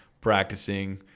practicing